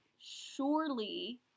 surely